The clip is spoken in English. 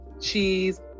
cheese